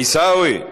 עיסאווי,